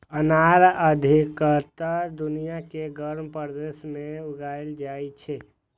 अनार अधिकतर दुनिया के गर्म प्रदेश मे उगाएल जाइ छै